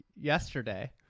yesterday